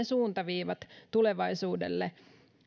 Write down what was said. suuntaviivat tulevaisuudelle